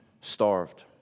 starved